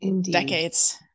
decades